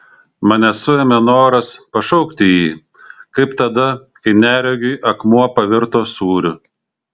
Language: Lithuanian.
mane suėmė noras pašaukti jį kaip tada kai neregiui akmuo pavirto sūriu